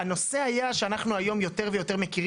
הנושא היה שאנחנו היום יותר ויותר מכירים